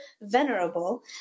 venerable